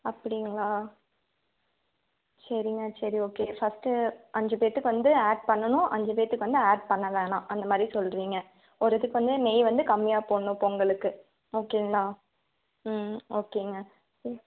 அப்படிங்களா சரிங்க சரி ஓகே ஃபஸ்டு அஞ்சு பேருத்துக்கு வந்து ஆட் பண்ணணும் அஞ்சு பேருத்துக்கு வந்து ஆட் பண்ண வேண்ணாம் அந்த மாதிரி சொல்கிறீங்க ஒரு இது பண்ணி நெய் வந்து கம்மியாக போடணும் பொங்கலுக்கு ஓகேங்களா ம் ஓகேங்க ம்